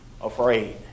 afraid